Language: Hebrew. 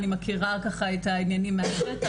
אני מכירה את העניינים מהשטח.